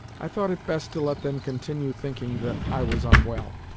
i thought it best to let them continue thinking that i was unwell.